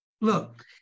Look